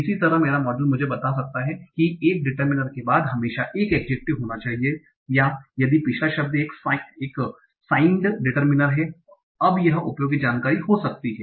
इसी तरह मेरा मॉडल मुझे बता सकता है कि एक डिटर्मिनर के बाद हमेशा एक एड्जेक्टिव होना चाहिए या यदि पिछला शब्द एक साइंड डिटर्मिनर है अब यह उपयोगी जानकारी हो सकती है